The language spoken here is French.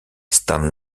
stan